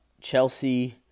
Chelsea